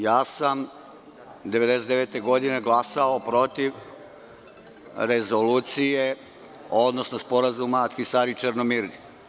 Ja sam 1999. godine glasao protiv Rezolucije, odnosno Sporazuma Ahtisari-Černomirdin.